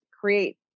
create